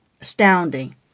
Astounding